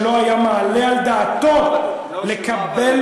שלא היה מעלה על דעתו לקבל,